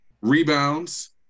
rebounds